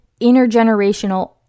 intergenerational